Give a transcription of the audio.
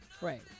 Right